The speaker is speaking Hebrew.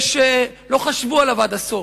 ולא חשבו עליו עד הסוף,